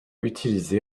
utilisée